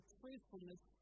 truthfulness